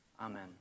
Amen